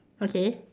okay